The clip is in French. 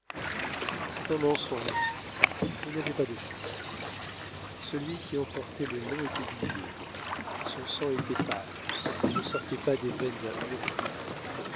c'est un mensonge je n'avais pas de fils celui qui en portait le nom est oublié son sang était pâle et ne sortait pas des veines d'un huron